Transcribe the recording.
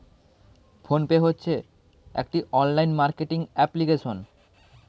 phone pay হচ্ছে একটি online marketing application